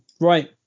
Right